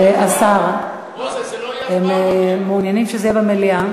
השר, הם מעוניינים שזה יהיה במליאה.